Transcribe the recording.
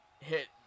hit